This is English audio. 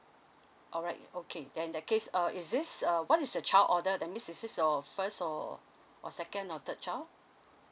alright okay then that case uh is this uh what is the child order that means is this your first or or second or third child